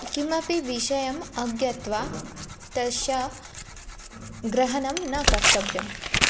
किमपि विषयम् अज्ञात्वा तस्य ग्रहणं न कर्तव्यम्